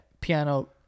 Piano